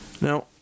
Now